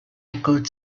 good